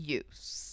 use